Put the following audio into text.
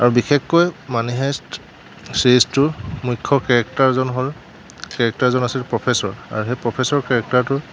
আৰু বিশেষকৈ মানুহে চিৰিজটোৰ মুখ্য কেৰেক্টাৰজন হ'ল কেৰেক্টাৰজন আছিল প্ৰফেছৰ আৰু সেই প্ৰফেছৰ কেৰেক্টাৰটোৰ